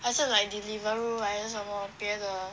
还是 like Deliveroo right 还什么别的